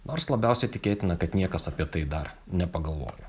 nors labiausiai tikėtina kad niekas apie tai dar nepagalvojo